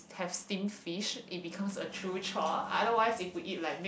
have steam fish it becomes a true chore otherwise if we eat like mixed